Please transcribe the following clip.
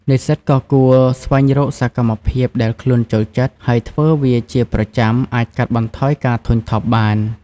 និស្សិតក៏គួរស្វែងរកសកម្មភាពដែលខ្លួនចូលចិត្ត ហើយធ្វើវាជាប្រចាំអាចកាត់បន្ថយការធុញថប់បាន។